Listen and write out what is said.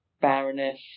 Baroness